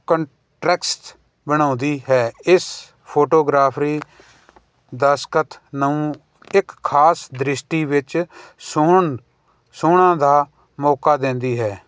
contrast ਬਣਾਉਂਦੀ ਹੈ ਇਸ ਫੋਟੋਗ੍ਰਾਫਰੀ ਦਸਕਤ ਨੂੰ ਇੱਕ ਖ਼ਾਸ ਦ੍ਰਿਸ਼ਟੀ ਵਿੱਚ ਸੋਨ ਸੋਹਣਾ ਦਾ ਮੌਕਾ ਦਿੰਦੀ ਹੈ